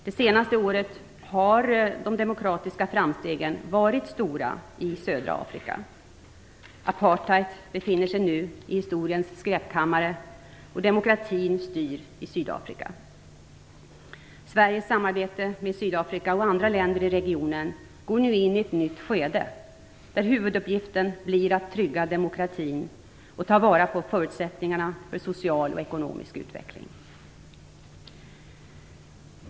Det senaste året har de demokratiska framstegen varit stora i södra Afrika. Apartheid befinner sig nu i historiens skräpkammaren och demokratin styr i Sydafrika. Sveriges samarbete med Sydafrika och andra länder i regionen går nu in i ett nytt skede, där huvuduppgiften blir att trygga demokratin och ta vara på förutsättningarna för social och ekonomisk utveckling.